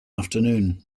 afternoon